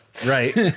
Right